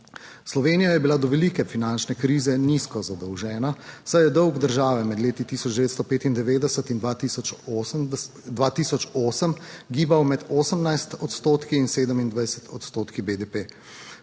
Slovenija je bila do velike finančne krize nizko zadolžena, saj je dolg države med leti 1995 in 2008 gibal med 18 odstotki in 27 odstotki BDP.